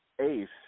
ace